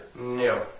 No